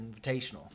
Invitational